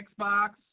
Xbox